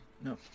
No